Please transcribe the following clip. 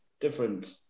different